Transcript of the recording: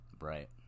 Right